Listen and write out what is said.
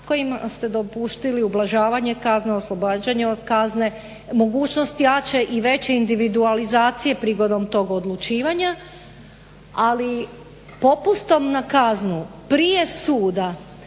kojim ste dopustili ublažavanje kazne, oslobađanje od kazne, mogućnost jače i veće individualizacije prigodom tog odlučivanja. Ali popustom na kaznu prije suda